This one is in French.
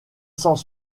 sens